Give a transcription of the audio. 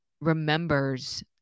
remembers